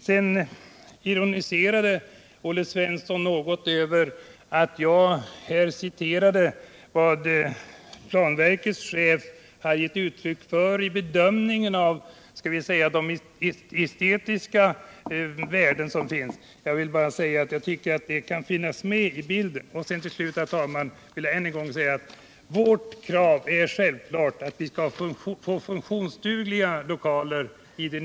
Sedan ironiserade Olle Svensson något över att jag här citerade vad planverkets chef har gett uttryck för i bedömningen av de estetiska värdena. Jag tycker att de skall finnas med i bilden. Till slut vill jag än en gång säga att vårt krav självfallet är att vi skall få funktionsduglighet i de nya lokalerna på Helgeandsholmen.